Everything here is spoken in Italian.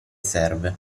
serve